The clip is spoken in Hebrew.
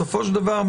בסופו של דבר,